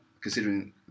considering